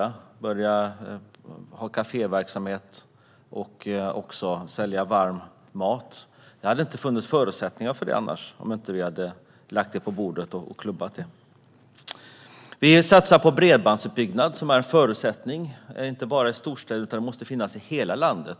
Man hade börjat ha kaféverksamhet och kunde sälja varm mat. Om vi inte hade lagt fram det förslaget och klubbat det hade man inte haft förutsättningar för det. Vi satsar på bredbandsutbyggnad, som är en förutsättning, och inte bara i storstäderna. Det måste finnas i hela landet.